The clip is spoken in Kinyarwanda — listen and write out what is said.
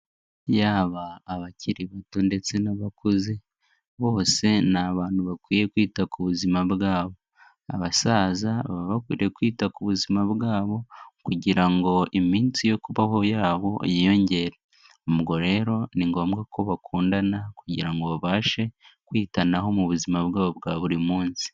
Yaba abakiri bato ndetse n'abakuze, bose ni abantu bakwiye kwita ku buzima bwabo, Abasaza baba bakwiriye kwita ku buzima bwabo kugira ngo iminsi yo kubaho yabo yiyongere. Ubwo rero ni ngombwa ko bakundana kugira ngo babashe kwitanaho mu buzima bwabo bwa buri munsi.